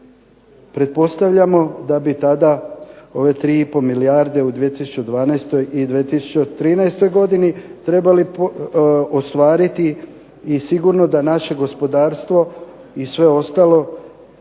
pretpostavljamo da bi tada ove 3,5 milijarde u 2012. i 2013. godini trebali ostvariti i sigurno da naše gospodarstvo i sve ostalo